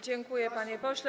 Dziękuję, panie pośle.